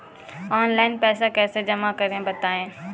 Online पैसा कैसे जमा करें बताएँ?